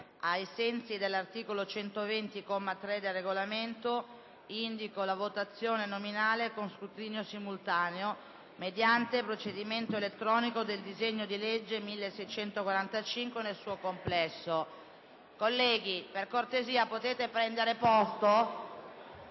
Ai sensi dell'articolo 120, comma 3, del Regolamento, indìco la votazione nominale con scrutinio simultaneo, mediante procedimento elettronico, del disegno di legge n. 1645, nel suo complesso. Colleghi, per cortesia, potete prendere posto?